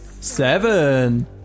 Seven